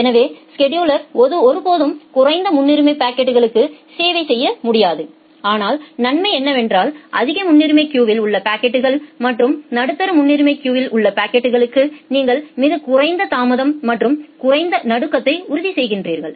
எனவே ஸெடுலா் ஒருபோதும் குறைந்த முன்னுரிமை பாக்கெட்களுக்கு சேவை செய்ய முடியாது ஆனால் நன்மை என்னவென்றால் அதிக முன்னுரிமை கியூவில் உள்ள பாக்கெட்கள் மற்றும் நடுத்தர முன்னுரிமை கியூவில் உள்ள பாக்கெட்களுக்கு நீங்கள் மிகக் குறைந்த தாமதம் மற்றும் குறைந்த நடுக்கத்தை உறுதி செய்கிறீர்கள்